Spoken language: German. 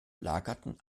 lagerten